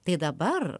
tai dabar